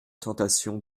tentation